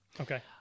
Okay